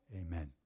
Amen